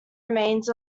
remains